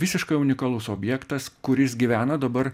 visiškai unikalus objektas kuris gyvena dabar